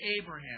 Abraham